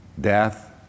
death